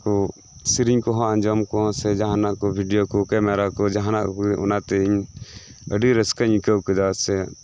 ᱠᱚ ᱥᱮᱹᱨᱮᱹᱧ ᱠᱚᱦᱚ ᱟᱸᱡᱚᱢ ᱠᱚ ᱥᱮ ᱡᱟᱦᱟᱱᱟᱜ ᱠᱚ ᱵᱷᱤᱰᱤᱭᱳ ᱠᱚ ᱠᱮᱢᱮᱨᱟ ᱠᱚ ᱡᱟᱦᱟᱱᱟᱜ ᱠᱚᱜᱮ ᱚᱱᱟᱛᱮ ᱤᱧ ᱟᱹᱰᱤ ᱨᱟᱹᱥᱠᱟᱹᱧ ᱟᱹᱭᱠᱟᱹᱣ ᱠᱮᱫᱟ ᱥᱮ